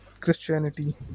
Christianity